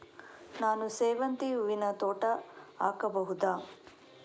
ನಾನು ಸೇವಂತಿ ಹೂವಿನ ತೋಟ ಹಾಕಬಹುದಾ?